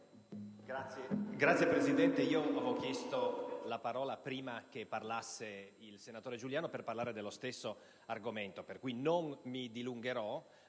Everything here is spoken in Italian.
Signor Presidente, avevo chiesto la parola prima che intervenisse il senatore Giuliano per parlare dello stesso argomento, per cui non mi dilungherò.